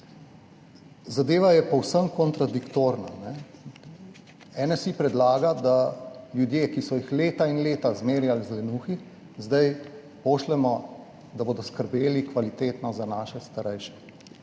Zadeva je povsem kontradiktorna. NSi predlaga, da ljudi, ki so jih leta in leta zmerjali z lenuhi, zdaj pošljemo, da bodo kvalitetno skrbeli za naše starejše.